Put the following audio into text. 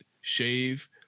shave